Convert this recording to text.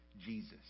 Jesus